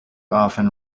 often